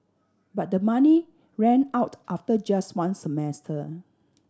but the money ran out after just one semester